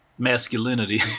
Masculinity